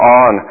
on